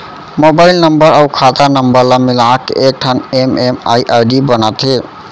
mobile number अउ खाता नंबर ल मिलाके एकठन एम.एम.आई.डी बनाथे